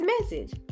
message